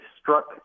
struck